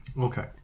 Okay